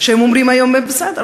שאומרים היום: בסדר,